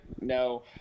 no